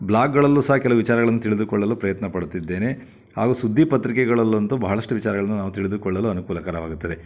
ಬ್ಲಾಗ್ಗಳಲ್ಲೂ ಸಹ ಕೆಲವು ವಿಚಾರಗಳನ್ನು ತಿಳಿದುಕೊಳ್ಳಲು ಪ್ರಯತ್ನಪಡುತ್ತಿದ್ದೇನೆ ಹಾಗೂ ಸುದ್ದಿ ಪತ್ರಿಕೆಗಳಲ್ಲಂತೂ ಭಾಳಷ್ಟು ವಿಚಾರಗಳನ್ನ ನಾವು ತಿಳಿದುಕೊಳ್ಳಲು ಅನುಕೂಲಕರವಾಗುತ್ತದೆ